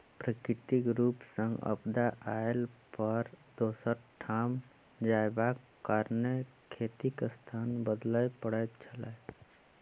प्राकृतिक रूप सॅ आपदा अयला पर दोसर ठाम जायबाक कारणेँ खेतीक स्थान बदलय पड़ैत छलै